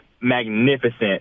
magnificent